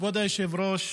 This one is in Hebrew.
כבוד היושב-ראש,